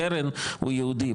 קרן הוא ייעודי,